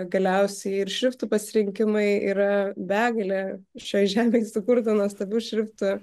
galiausiai ir šriftų pasirinkimai yra begalė šioj žemėj sukurtų nuostabių šriftų